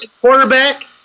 quarterback